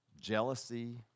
jealousy